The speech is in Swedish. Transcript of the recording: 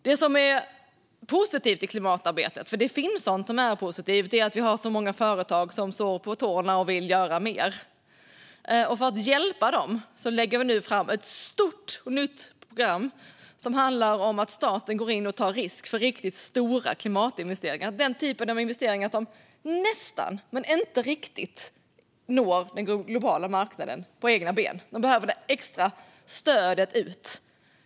Det som är positivt i klimatarbetet - det finns sådant som är positivt - är att det finns så många företag som står på tå och vill göra mer. För att hjälpa dem lägger vi nu fram ett stort och nytt program som handlar om att staten går in och tar risken för riktigt stora klimatinvesteringar. Det gäller den typen av investeringar som nästan, men inte riktigt, når den globala marknaden på egna ben. De behöver det extra stödet.